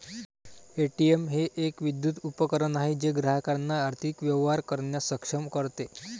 ATM हे एक विद्युत उपकरण आहे जे ग्राहकांना आर्थिक व्यवहार करण्यास सक्षम करते